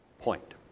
point